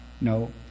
no